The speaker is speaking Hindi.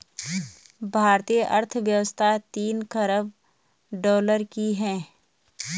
भारतीय अर्थव्यवस्था तीन ख़रब डॉलर की है